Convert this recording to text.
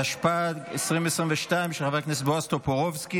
התשפ"ג 2022, של חבר הכנסת בועז טופורובסקי.